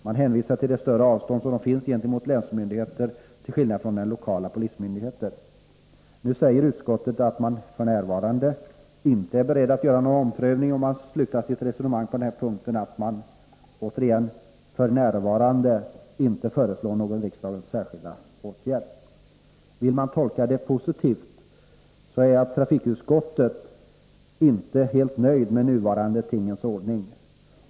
Man hänvisar till det större avståndet till länsmyndigheten till skillnad från avståndet till den lokala polismyndigheten. Nu säger utskottet att man f. n. inte är beredd att göra någon omprövning, och man slutar sitt resonemang på den här punkten med att återigen säga att man f. n. inte föreslår någon riksdagens särskilda åtgärd. 139 Vill man tolka det positivt är trafikutskottet inte helt nöjt med tingens nuvarande ordning.